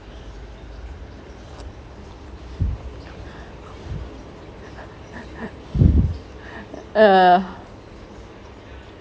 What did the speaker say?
uh